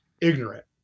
ignorant